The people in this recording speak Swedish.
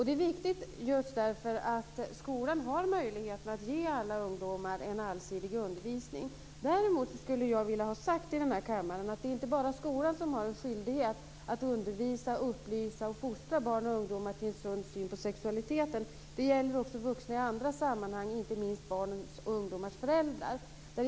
Det är viktigt just därför att skolan har möjlighet att ge alla ungdomar en allsidig undervisning. Däremot skulle jag vilja ha sagt i den här kammaren att det inte bara är skolan som har en skyldighet att undervisa, upplysa och fostra barn och ungdomar till en sund syn på sexualiteten. Det gäller också vuxna i andra sammanhang, inte minst barns och ungdomars föräldrar.